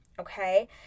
okay